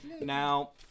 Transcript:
Now